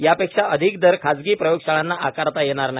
यापेक्षा अधिक दर खासगी प्रयोगशाळांना आकारता येणार नाही